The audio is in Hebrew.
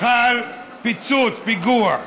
חל פיצוץ, פיגוע,